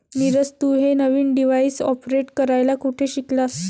नीरज, तू हे नवीन डिव्हाइस ऑपरेट करायला कुठे शिकलास?